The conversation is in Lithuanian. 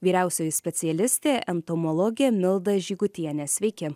vyriausioji specialistė entomologė milda žygutienė sveiki